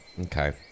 okay